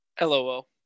LOL